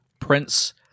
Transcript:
Prince